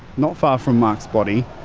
not far from mark's body.